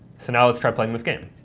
so now let's try playing this game.